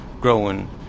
growing